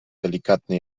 delikatny